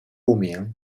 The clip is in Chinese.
不明